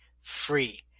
free